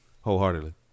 Wholeheartedly